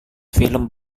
film